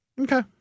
Okay